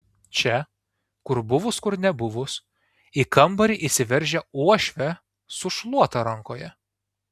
čia kur buvus kur nebuvus į kambarį įsiveržia uošvė su šluota rankoje